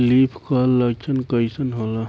Leaf curl लक्षण कइसन होला?